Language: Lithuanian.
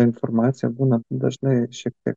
informacija būna dažnai šiek tiek